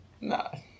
No